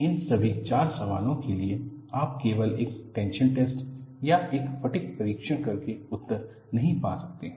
इन सभी चार सवालों के लिए आप केवल एक टेंशन टैस्ट या एक फटिग परीक्षण करके उत्तर नहीं पा सकते हैं